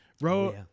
bro